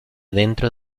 dentro